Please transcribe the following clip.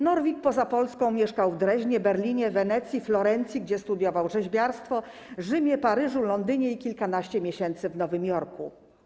Norwid poza Polską mieszkał w Dreźnie, Berlinie, Wenecji, we Florencji, gdzie studiował rzeźbiarstwo, w Rzymie, Paryżu, Londynie i kilkanaście miesięcy w Nowym Jorku.